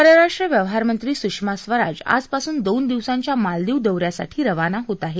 परराष्ट्र व्यवहार मंत्री सुषमा स्वराज आजपासून दोन दिवसांच्या मालदीव दौ यासाठी रवाना होत आहेत